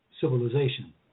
civilization